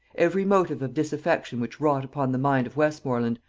every motive of disaffection which wrought upon the mind of westmorland,